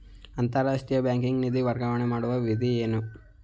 ಅಂತಾರಾಷ್ಟ್ರೀಯ ಬ್ಯಾಂಕಿಗೆ ನಿಧಿ ವರ್ಗಾವಣೆ ಮಾಡುವ ವಿಧಿ ಏನು?